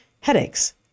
headaches